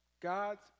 God's